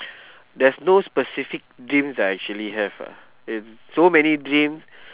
there's no specific dreams that I actually have ah is so many dreams